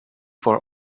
for